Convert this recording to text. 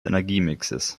energiemixes